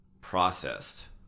processed